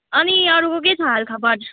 अनि अरूको के छ हालखबर